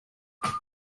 hast